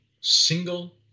single